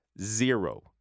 Zero